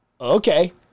okay